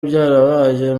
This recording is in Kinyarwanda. byarabaye